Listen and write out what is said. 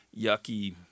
yucky